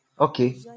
Okay